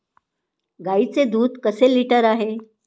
गाईचे दूध कसे लिटर आहे?